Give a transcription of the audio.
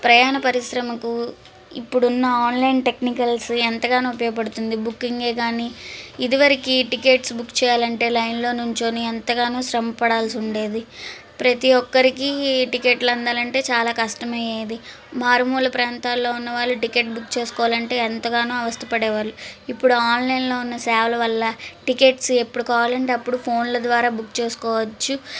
ప్రయాణ పరిశ్రమకు ఇప్పుడున్న ఆన్లైన్ టెక్నికల్సు ఎంతగానో ఉపయోగపడుతుంది బుకింగ్ కాని ఇది వరకు టికెట్స్ బుక్ చేయాలంటే లైన్లో నిలుచోని ఎంతగానో శ్రమ పడాల్సి ఉండేది ప్రతి ఒక్కరికి టికెట్లు అందాలంటే చాలా కష్టమైయేది మారుమూల ప్రాంతాల్లో ఉన్నవాళ్లు టికెట్ బుక్ చేసుకోవాలంటే ఎంతగానో అవస్థ పడేవాళ్లు ఇప్పుడు ఆన్లైన్లో ఉన్న సేవలు వల్ల టికెట్స్ ఎప్పుడు కావాలంటే అప్పుడు ఫోన్ల ద్వారా బుక్ చేసుకోవచ్చు